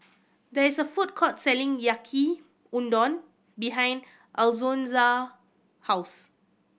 there is a food court selling Yaki Udon behind Alonza house